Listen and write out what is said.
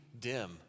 dim